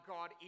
God